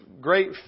great